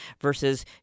Versus